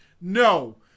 No